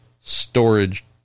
storage